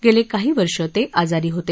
गेली काही वर्ष ते आजारी होते